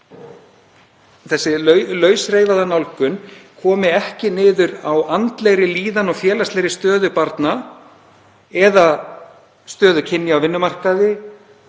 þessi lausreifaða nálgun komi ekki niður á andlegri líðan og félagslegri stöðu barna, stöðu kynja á vinnumarkaði